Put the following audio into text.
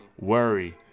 Worry